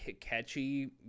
catchy